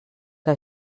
que